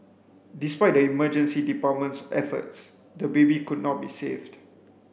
despite the emergency department's efforts the baby could not be saved